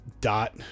dot